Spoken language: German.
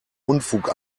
unfug